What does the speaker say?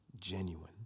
genuine